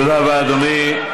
תודה רבה, אדוני.